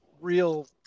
real